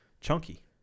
Chunky